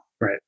Right